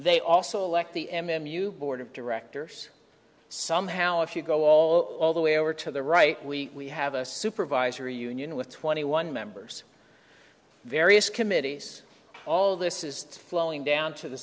they also elect the m m u board of directors somehow if you go all all the way over to the right we have a supervisory union with twenty one members various committees all this is flowing down to the